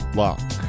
lock